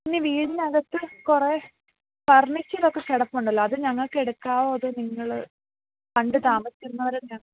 പിന്നെ വീടിനകത്ത് കുറെ ഫർണിച്ചറൊക്കെ കിടപ്പുണ്ടല്ലോ അത് ഞങ്ങൾക്ക് എടുക്കാവോ അതോ നിങ്ങൾ പണ്ട് തമാസിച്ചിരുന്നവരന്നാ